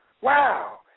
wow